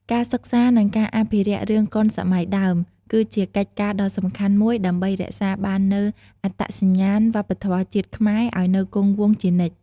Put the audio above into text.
ការសិក្សា និងការអភិរក្សរឿងកុនសម័យដើម គឺជាកិច្ចការដ៏សំខាន់មួយដើម្បីរក្សាបាននូវអត្តសញ្ញាណវប្បធម៌ជាតិខ្មែរឱ្យនៅគង់វង្សជានិច្ច។